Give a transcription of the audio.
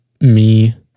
me-